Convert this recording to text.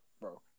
bro